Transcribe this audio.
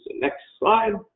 next slide.